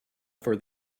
for